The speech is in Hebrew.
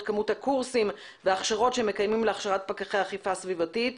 כמות הקורסים וההכשרות שהם מקיימים להכשרת פקחי אכיפה סביבתית,